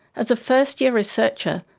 as a first year researcher,